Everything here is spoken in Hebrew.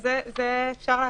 את זה אפשר לעשות.